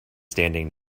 standing